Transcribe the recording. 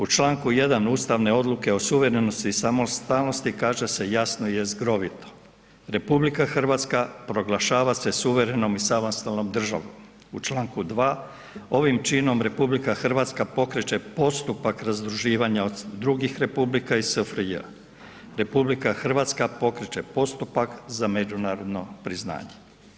U čl. 1. ustavne odluke o suverenosti i samostalnosti kaže se jasno i jezgrovito, RH proglašava se suverenom i samostalnom državom, u čl. 2. ovim činom RH pokreće postupak razduživanja od drugih republika iz SFRJ, RH pokreće postupak za međunarodno priznanje.